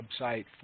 website